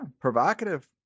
provocative